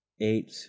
eight